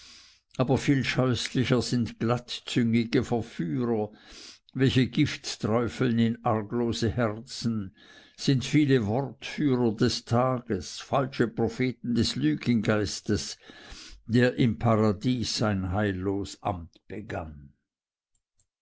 aber viel scheußlicher sind glattzüngige verführer welche gift träufeln in arglose herzen sind viele wortführer des tages falsche propheten des lügengeistes der im paradiese sein heillos amt begann